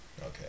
Okay